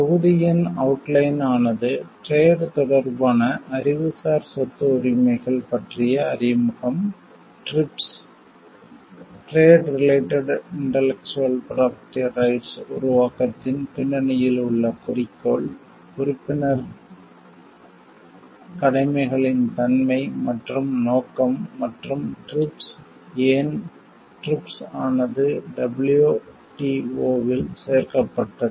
தொகுதியின் அவுட்லைன் ஆனது டிரேட் வர்த்தகம் தொடர்பான அறிவுசார் சொத்து உரிமைகள் இன்டெலக்ஸுவல் ப்ரொபெர்ட்டி ரைட்ஸ் பற்றிய அறிமுகம் TRIPS trade related intellectual property rights உருவாக்கத்தின் பின்னணியில் உள்ள குறிக்கோள் உறுப்பினர் கடமைகளின் தன்மை மற்றும் நோக்கம் மற்றும் TRIPS ஏன் TRIPS ஆனது WTO இல் சேர்க்கப்பட்டது